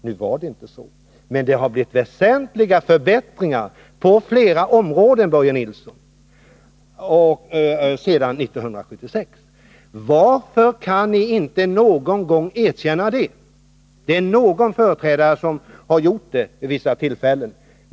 — Nu var det inte så, men det har ändå blivit väsentliga förbättringar på flera områden sedan 1976. Varför kan ni inte någon gång erkänna det, Börje Nilsson? Någon företrädare har dock gjort det vid vissa tillfällen.